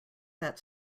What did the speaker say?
that